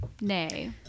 nay